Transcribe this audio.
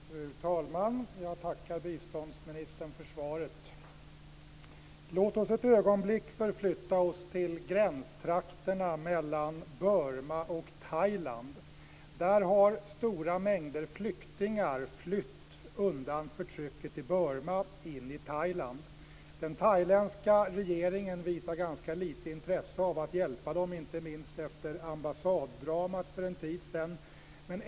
Fru talman! Jag tackar biståndsministern för svaret. Låt oss ett ögonblick förflytta oss till gränstrakterna mellan Burma och Thailand. Där har stora mängder flyktingar flytt undan förtrycket i Burma in i Thailand. Den thailändska regeringen visar ganska lite intresse för att hjälpa dem, inte minst efter ambassaddramat för en tid sedan.